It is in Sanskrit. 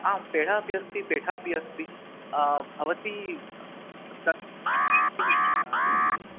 आं पेढा अपि अस्ति पेठा अपि अस्ति भवती तत् किमिच्छति